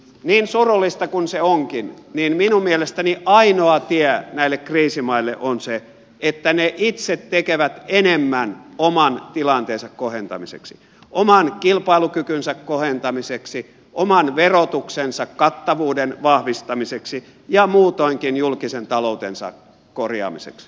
niin surullista kuin se onkin niin minun mielestäni ainoa tie näille kriisimaille on se että ne itse tekevät enemmän oman tilanteensa kohentamiseksi oman kilpailukykynsä kohentamiseksi oman verotuksensa kattavuuden vahvistamiseksi ja muutoinkin julkisen taloutensa korjaamiseksi